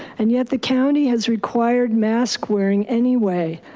and yet the county has required mask wearing any way.